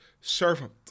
servant